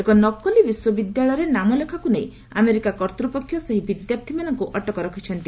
ଏକ ନକଲି ବିଶ୍ୱବିଦ୍ୟାଳୟରେ ନାମଲେଖାକ୍ର ନେଇ ଆମେରିକା କର୍ତ୍ତପକ୍ଷ ସେହି ବିଦ୍ୟାର୍ଥୀମାନଙ୍କ ଅଟକ ରଖିଛନ୍ତି